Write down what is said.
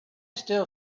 still